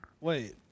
Wait